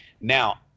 Now